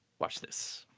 watch this.